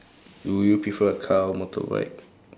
do you prefer a car or motorbike